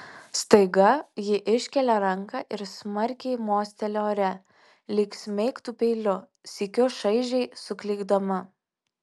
staiga ji iškelia ranką ir smarkiai mosteli ore lyg smeigtų peiliu sykiu šaižiai suklykdama